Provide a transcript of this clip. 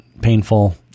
painful